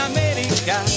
America